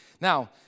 Now